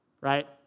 right